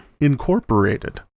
Incorporated